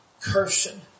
cursing